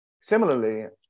Similarly